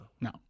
No